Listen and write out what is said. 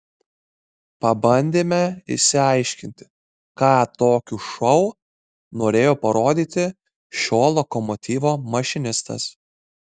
pabandėme išsiaiškinti ką tokiu šou norėjo parodyti šio lokomotyvo mašinistas